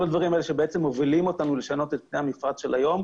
כל הדברים האלה שבעצם מובילים אותנו לשנות את פני המפרץ של היום.